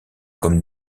comme